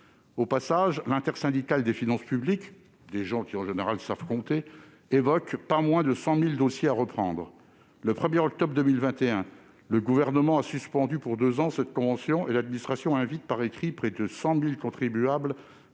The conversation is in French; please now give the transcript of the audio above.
Au passage, l'intersyndicale des finances publiques, dont les membres, en général, savent compter, n'évoque pas moins de 100 000 dossiers à reprendre ! Le 1 octobre 2021, le Gouvernement a suspendu cette convention pour deux ans, et l'administration invite par écrit près de 100 000 contribuables